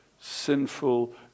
sinful